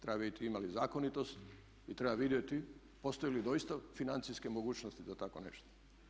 Treba vidjeti ima li zakonitost i treba vidjeti postoje li doista financijske mogućnosti za takvo nešto.